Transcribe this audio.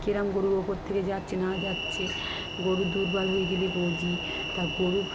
কি রকম গরুর ওপর থেকে যাচ্ছে না যাচ্ছে গরুর দুর্বল হয়ে বুঝি তার গরুর